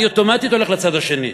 אני אוטומטית הולך לצד השני.